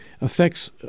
affects